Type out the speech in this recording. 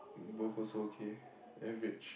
both also okay average